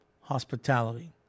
Hospitality